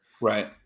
right